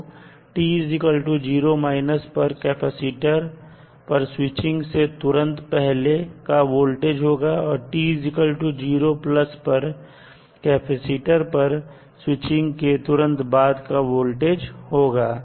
तो t 0 पर capacitor पर स्विचिंग से तुरंत पहले का वोल्टेज होगा और t 0 पर कैपेसिटर पर स्विचिंग के तुरंत बाद का वोल्टेज होगा